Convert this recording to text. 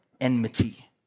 enmity